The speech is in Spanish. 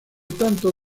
tanto